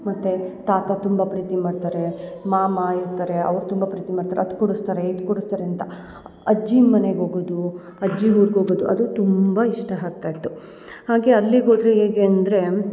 ಮತ್ತು ತಾತ ತುಂಬ ಪ್ರೀತಿ ಮಾಡ್ತಾರೆ ಮಾವ ಇರ್ತಾರೆ ಅವ್ರು ತುಂಬ ಪ್ರೀತಿ ಮಾಡ್ತಾರೆ ಅದು ಕೊಡಿಸ್ತಾರೆ ಇದು ಕೊಡಿಸ್ತಾರೆ ಅಂತ ಅಜ್ಜಿ ಮನೆಗೆ ಹೋಗೊದೂ ಅಜ್ಜಿ ಊರ್ಗೆ ಹೋಗೊದು ಅದು ತುಂಬ ಇಷ್ಟ ಆಗ್ತಾ ಇತ್ತು ಹಾಗೆ ಅಲ್ಲಿಗೆ ಹೋದ್ರೆ ಹೇಗೆ ಅಂದರೆ